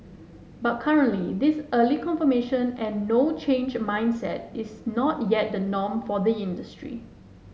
but currently this early confirmation and no change mindset is not yet the norm for the industry